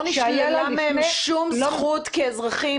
לא נשללה מהם שום זכות כאזרחים,